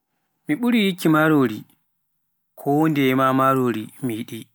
mo ɓuri yikki marori kondeye maa marori mi yiɗi.